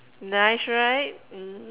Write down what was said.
nice right mm